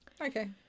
Okay